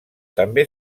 també